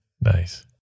Nice